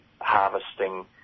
harvesting